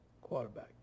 quarterback